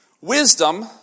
Wisdom